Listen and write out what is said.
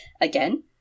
Again